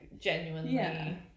genuinely